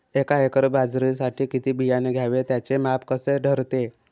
एका एकर बाजरीसाठी किती बियाणे घ्यावे? त्याचे माप कसे ठरते?